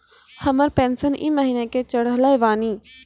हमर पेंशन ई महीने के चढ़लऽ बानी?